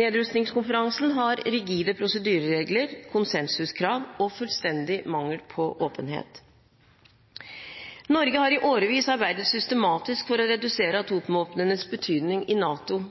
Nedrustningskonferansen har rigide prosedyreregler, konsensuskrav og fullstendig mangel på åpenhet. Norge har i årevis arbeidet systematisk for å redusere atomvåpnenes betydning i NATO.